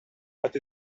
but